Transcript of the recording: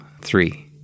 Three